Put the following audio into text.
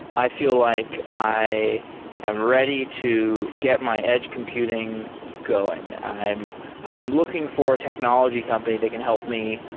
i feel like i am ready to get my edge computing going. i am i am looking for a technology company they can help me